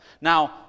Now